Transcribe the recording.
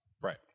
Right